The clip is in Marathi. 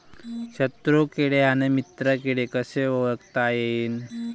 शत्रु किडे अन मित्र किडे कसे ओळखता येईन?